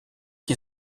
qui